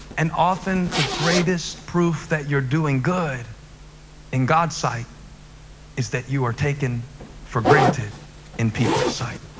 and often, the greatest proof that you're doing good in god's sight is that you are taken for granted in people's sight.